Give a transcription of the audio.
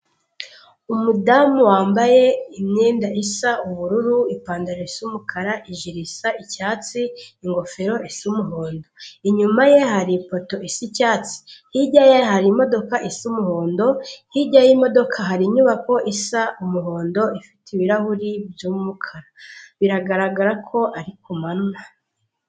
Umudamu wambaye imyenda isa ubururu, ipantaro yumukara, ijipo isa icyatsi, ingofero isa umuhondo. Inyuma ye hari ipoto Isa Icyatsi hirya ye hari imodoka isa umuhondo, hirya y'imodoka hari inyubako isa umuhondo ifite ibirahuri by'umukara, biragaragara ko ari ku manywa.